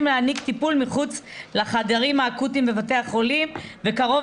להעניק טיפול מחוץ לחדרים האקוטיים בבתי החולים וקרוב